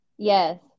Yes